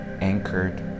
anchored